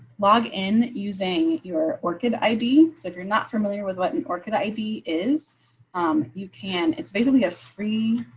log in using your orchid id. so if you're not familiar with what an orchid id is you can. it's basically a free